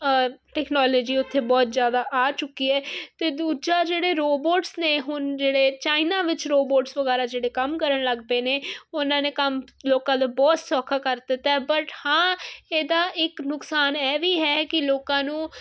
technology ਉਥੇ ਬਹੁਤ ਜਿਆਦਾ ਆ ਚੁੱਕੀ ਹ ਤੇ ਦੂਜਾ ਜਿਹੜੇ ਰੋਬੋਟਸ ਨੇ ਹੁਣ ਜਿਹੜੇ ਚਾਈਨਾ ਵਿੱਚ ਰੋਬੋਟਸ ਵਗੈਰਾ ਜਿਹੜੇ ਕੰਮ ਕਰਨ ਲੱਗ ਪਏ ਨੇ ਉਹਨਾਂ ਨੇ ਕੰਮ ਲੋਕਾਂ ਤੋਂ ਬਹੁਤ ਸੌਖਾ ਕਰ ਦਿੱਤਾ ਬਟ ਹਾਂ ਇਹਦਾ ਇੱਕ ਨੁਕਸਾਨ ਇਹ ਵੀ ਹੈ ਕਿ ਲੋਕਾਂ ਨੂੰ